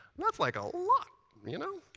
that's like a lot, you know?